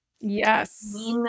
yes